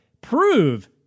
prove